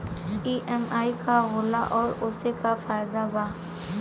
EMI का होला और ओसे का फायदा बा?